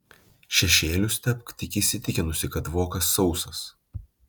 šešėlius tepk tik įsitikinusi kad vokas sausas